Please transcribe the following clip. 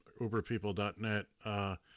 UberPeople.net